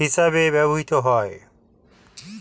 হিসেবে ব্যবহৃত হয়